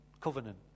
Covenant